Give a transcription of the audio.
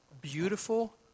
beautiful